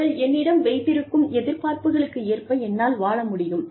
அவர்கள் என்னிடம் வைத்திருக்கும் எதிர்பார்ப்புகளுக்கு ஏற்ப என்னால் வாழ முடியும்